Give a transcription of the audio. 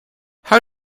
how